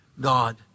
God